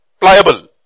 Pliable